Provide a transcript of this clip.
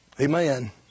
Amen